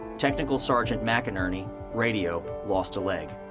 technical sergeant mcinerney, radio, lost a leg.